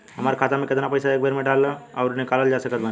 हमार खाता मे केतना पईसा एक बेर मे डाल आऊर निकाल सकत बानी?